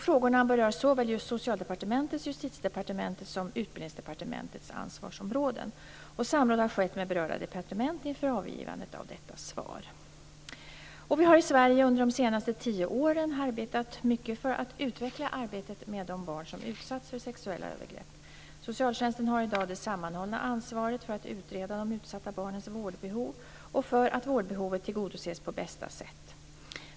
Frågorna berör såväl Socialdepartementets och Justitiedepartementets som Utbildningsdepartementets ansvarsområden. Samråd har skett med berörda departement inför avgivandet av detta svar. 1. Vi har i Sverige under de senaste tio åren arbetat mycket för att utveckla arbetet med de barn som utsatts för sexuella övergrepp. Socialtjänsten har i dag det sammanhållna ansvaret för att utreda de utsatta barnens vårdbehov och för att vårdbehovet tillgodoses på bästa sätt.